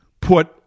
put